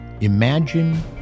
Imagine